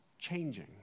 changing